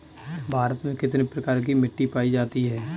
भारत में कितने प्रकार की मिट्टी पाई जाती है?